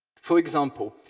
for example,